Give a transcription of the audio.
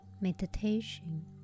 meditation